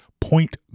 point